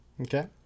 Okay